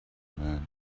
man